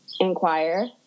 inquire